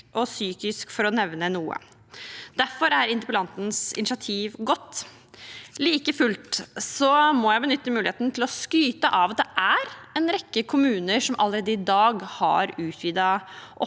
og psykisk, for å nevne noe. Derfor er interpellantens initiativ godt. Like fullt må jeg benytte muligheten til å skryte av at det er en rekke kommuner som allerede i dag har utvidet opptak.